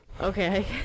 Okay